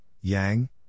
Yang